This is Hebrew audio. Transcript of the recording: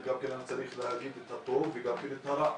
צריך להגיד גם את הטוב וגם את הרע.